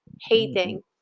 hating